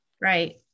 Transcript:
Right